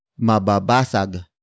mababasag